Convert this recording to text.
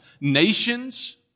nations